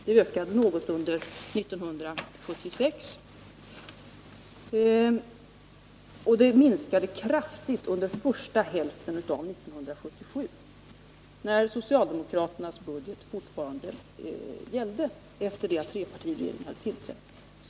Det ökade något under 1976 men minskade kraftigt under första hälften av 1977, dvs. under den period medan socialdemokraternas budget fortfarande gällde men efter trepartiregeringens tillträde.